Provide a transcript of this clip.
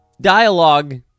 dialogue